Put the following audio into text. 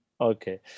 Okay